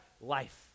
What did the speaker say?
life